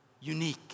unique